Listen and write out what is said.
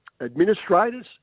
administrators